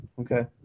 Okay